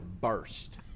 burst